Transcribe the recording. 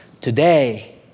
today